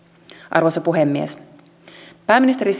arvoisa puhemies pääministeri